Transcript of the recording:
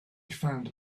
found